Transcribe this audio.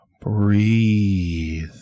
breathe